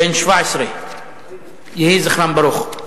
בן 17. יהי זכרם ברוך.